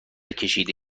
ﻧﻌﺮه